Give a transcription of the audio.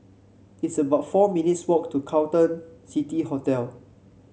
it's about four minutes' walk to Carlton City Hotel